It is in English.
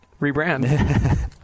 Rebrand